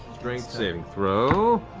strength saving throw.